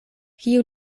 kiu